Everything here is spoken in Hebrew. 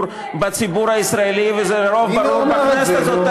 בציבור הישראלי וזה רוב ברור בכנסת הזאת.